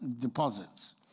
deposits